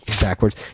Backwards